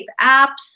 apps